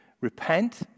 Repent